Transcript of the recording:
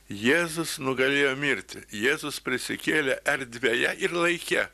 jėzus nugalėjo mirtį jėzus prisikėlė erdvėje ir laike